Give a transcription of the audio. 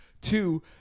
Two